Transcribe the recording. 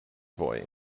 boy